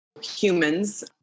humans